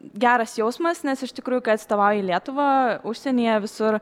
geras jausmas nes iš tikrų atstovauji lietuvą užsienyje visur